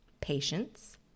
patience